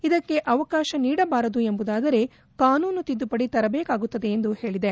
ಇದಕ್ಕೆ ಅವಕಾಶ ನೀಡಬಾರದು ಎಂಬುದಾದರೆ ಕಾನೂನು ತಿದ್ಗುಪಡಿ ತರಬೇಕಾಗುತ್ತದೆ ಎಂದು ಹೇಳಿದೆ